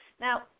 now